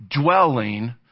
dwelling